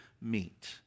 meet